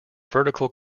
vertical